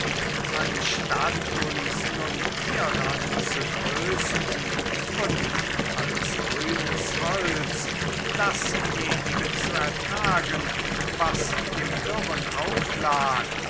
anstatt uns nun hieran zu trösten und als grünes holz dasjenige zu ertragen was dem dürren auflag